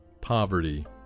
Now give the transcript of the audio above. poverty